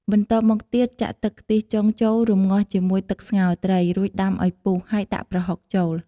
បន្ទាប់មកទៀតចាក់ទឹកខ្ទិះចុងចូលរម្ងាស់ជាមួយទឹកស្ងោរត្រី រួចដាំឱ្យពុះហើយដាក់ប្រហុកចូល។